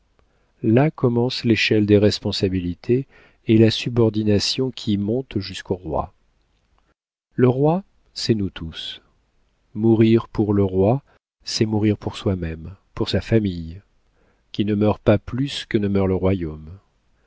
là commence l'échelle des responsabilités et la subordination qui monte jusqu'au roi le roi c'est nous tous mourir pour le roi c'est mourir pour soi-même pour sa famille qui ne meurt pas plus que ne meurt le royaume